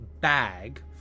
bag